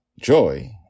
Joy